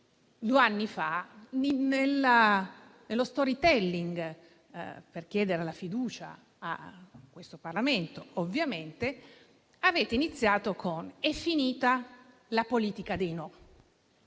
due anni fa, nello *storytelling* per chiedere la fiducia a questo Parlamento avete iniziato dicendo che è finita la politica dei no,